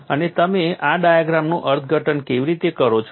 અને તમે આ ડાયાગ્રામનું અર્થઘટન કેવી રીતે કરો છો